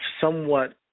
somewhat